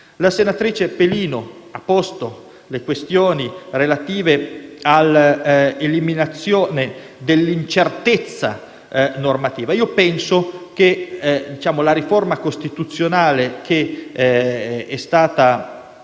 La senatrice Pelino ha posto le questioni relative all'eliminazione dell'incertezza normativa. Penso che la riforma costituzionale, che è stata